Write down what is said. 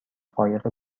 قایق